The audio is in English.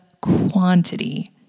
quantity